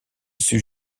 sut